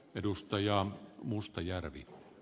rantakangas sanoi